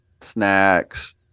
snacks